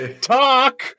talk